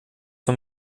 von